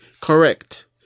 correct